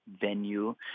venue